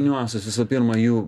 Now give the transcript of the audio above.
niuansas visų pirma jų